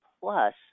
plus